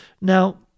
Now